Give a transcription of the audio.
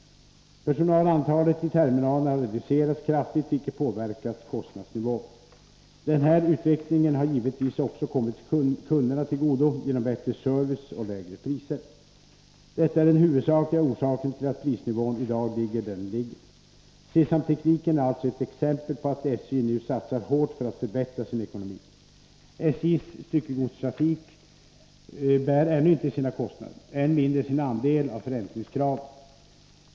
Personalantalet i terminalerna har reducerats kraftigt, vilket påverkat kostnadsnivån. Den här utvecklingen har givetvis också kommit kunderna till godo genom bättre service och lägre priser. Detta är den huvudsakliga orsaken till att prisnivån i dag ligger där den ligger. C-samtekniken är alltså ett exempel på att SJ nu satsar hårt för att förbättra sin ekonomi. SJ:s styckegodstrafik bär ännu inte sina kostnader, än mindre sin andel av förräntningskravet.